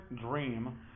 Dream